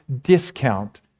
discount